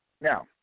Now